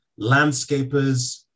Landscapers